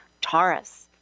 Taurus